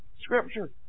Scripture